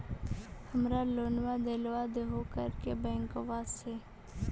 हमरा लोनवा देलवा देहो करने बैंकवा से?